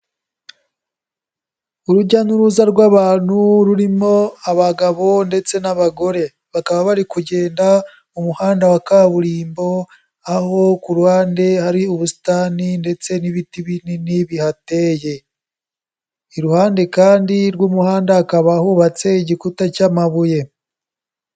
Urujya n'uruza rw'abantu rurimo abagabo ndetse n'abagore. Bakaba bari kugenda mu muhanda wa kaburimbo aho ku ruhande hari ubusitani ndetse n'ibiti binini bihateye. I ruhande kandi rw'umuhanda hakaba hubatse igikuta cy'amabuye.